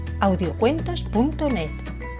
audiocuentos.net